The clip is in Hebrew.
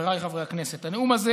חבריי חברי הכנסת, הנאום הזה